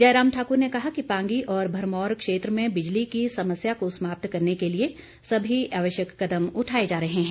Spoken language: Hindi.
जयराम ठाकुर ने कहा कि पांगी और भरमौर क्षेत्र में बिजली की समस्या को समाप्त करने के लिए सभी आवश्यक कदम उठाए जा रहे हैं